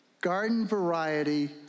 garden-variety